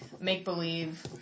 make-believe